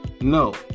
no